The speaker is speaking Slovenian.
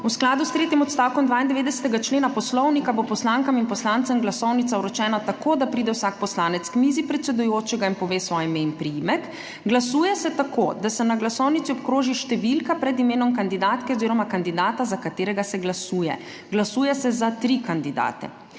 V skladu s tretjim odstavkom 92. člena Poslovnika bo poslankam in poslancem glasovnica vročena tako, da pride vsak poslanec k mizi predsedujočega in pove svoje ime in priimek. Glasuje se tako, da se na glasovnici obkroži številka pred imenom kandidatke oziroma kandidata, za katerega se glasuje. Glasuje se za tri kandidate.